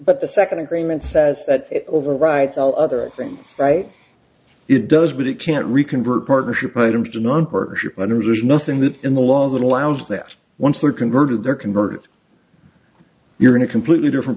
but the second agreement says that overrides all other things right it does but it can't reconvert partnership items to non partnership minors there's nothing that in the law that allows that once they are converted their convert you're in a completely different